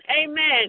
Amen